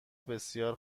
بسیار